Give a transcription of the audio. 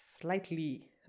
slightly